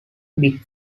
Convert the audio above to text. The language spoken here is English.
big